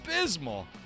abysmal